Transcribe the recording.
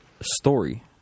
story